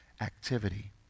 activity